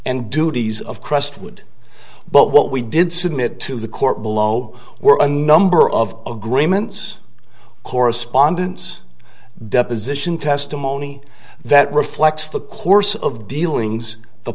and duties of crestwood but what we did submitted to the court below were a number of agreements correspondence deposition testimony that reflects the course of dealings the